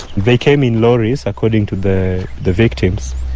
they came in lorries, according to the the victims.